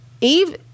Eve